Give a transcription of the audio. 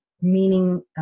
meaning